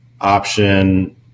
option